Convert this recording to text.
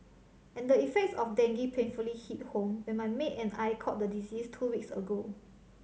and the effects of dengue painfully hit home when my maid and I caught the disease two weeks ago